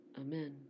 Amen